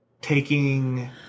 taking